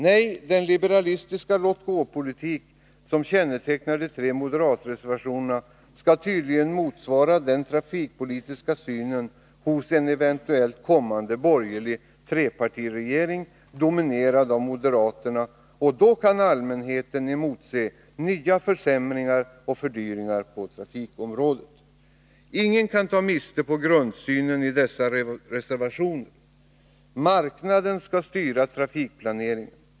Nej, den liberalistiska låtgåpolitik som kännetecknar de tre moderatreservationerna skall tydligen motsvara den trafikpolitiska synen hos en eventuellt kommande borgerlig trepartiregering, dominerad av moderaterna. Då kan allmänheten emotse nya försämringar och fördyringar på trafikområdet. Ingen kan ta miste på grundsynen i dessa reservationer: marknaden skall styra trafikplaneringen.